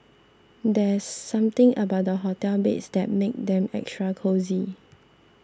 there's something about the hotel beds that makes them extra cosy